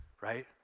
right